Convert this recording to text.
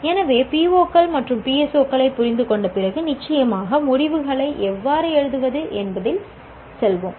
எனவே PO கள் மற்றும் PSO களைப் புரிந்து கொண்ட பிறகு நிச்சயமாக முடிவுகளை எவ்வாறு எழுதுவது என்பதில் செல்வோம்